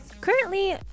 currently